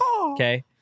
Okay